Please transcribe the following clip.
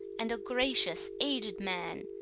and a gracious aged man,